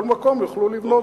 בכל מקום יוכלו לבנות.